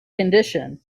condition